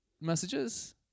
messages